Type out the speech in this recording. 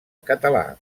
català